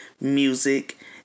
music